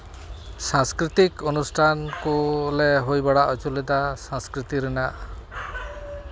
ᱥᱟᱥᱠᱨᱤᱛᱤᱠ ᱚᱱᱩᱥᱴᱷᱟᱱ ᱠᱚᱞᱮ ᱦᱩᱭ ᱵᱟᱲᱟ ᱦᱚᱪᱚ ᱞᱮᱫᱟ ᱥᱟᱥᱠᱨᱤᱛᱤ ᱨᱮᱱᱟᱜ